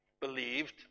believed